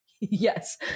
Yes